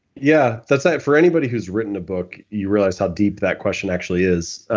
yeah, that's right. for anybody who's written a book, you realize how deep that question actually is.